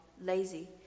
Lazy